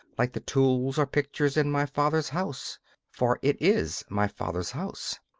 like the tools or pictures in my father's house for it is my father's house.